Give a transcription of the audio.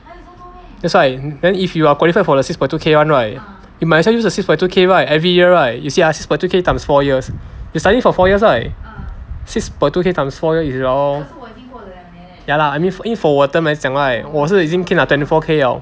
that's why then if you are qualified for six point two K [one] right you might as well use the six point two K right every year right you see ah six point two K times four years you study for four years right six point two K times four year is around ya lah I mean 因为 for 我的来讲 right 我是已经可以拿 twenty four K liao